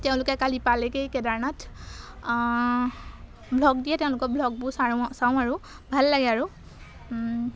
তেওঁলোকে কালি পালেগৈয়ে কেদাৰনাথ ভ্লগ দিয়ে তেওঁলোকৰ ভ্লগবোৰ চাওঁ আৰু ভাল লাগে আৰু